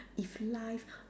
if life